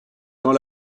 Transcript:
dans